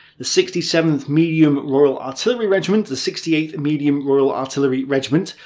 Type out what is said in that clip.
the sixty seventh medium royal artillery regiment. the sixty eighth medium royal artillery regiment.